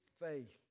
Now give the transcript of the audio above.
faith